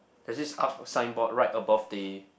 there's this ark signboard right above the